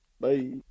Bye